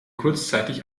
kurzzeitig